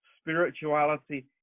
spirituality